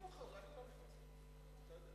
אני לא נכנס לשם, אתה יודע.